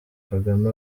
kagame